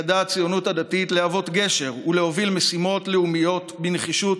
ידעה הציונות הדתית להוות גשר ולהוביל משימות לאומיות בנחישות,